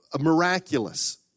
miraculous